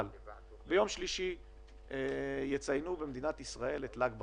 ביום שלישי יציינו במדינת ישראל את ל"ג בעומר.